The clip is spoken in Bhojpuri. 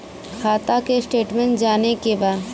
खाता के स्टेटमेंट जाने के बा?